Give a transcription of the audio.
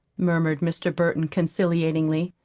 murmured mr. burton conciliatingly.